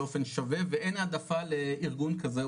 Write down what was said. באופן שווה ואין העדפה לארגון כזה,